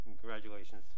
Congratulations